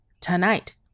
tonight